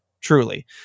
truly